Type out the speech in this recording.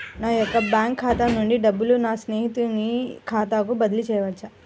నా యొక్క బ్యాంకు ఖాతా నుండి డబ్బులను నా స్నేహితుని ఖాతాకు బదిలీ చేయవచ్చా?